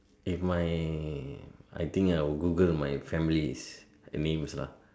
if my I think I will Google my family's names lah